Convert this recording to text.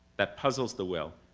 that puzzles the will,